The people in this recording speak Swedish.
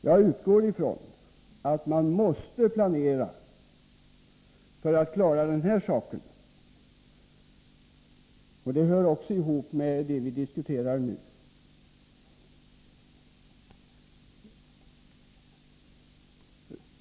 Jag utgår ifrån att man måste planera för att klara den här saken. Det hör också ihop med det vi nu diskuterar.